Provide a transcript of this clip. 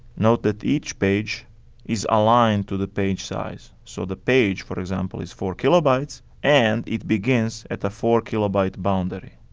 note that each page is aligned to the page size. so the page, for example is four kilobytes and it begins at the four kilobyte boundary.